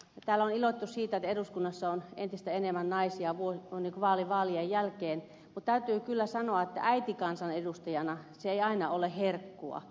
täällä on iloittu siitä että eduskunnassa on entistä enemmän naisia vaali vaalien jälkeen mutta täytyy kyllä sanoa että äitikansanedustajana se ei aina ole herkkua